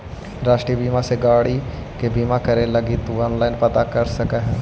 राष्ट्रीय बीमा से गाड़ी के बीमा करे लगी तु ऑनलाइन पता कर सकऽ ह